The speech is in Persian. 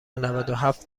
نودوهفت